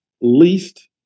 least